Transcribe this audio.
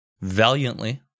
valiantly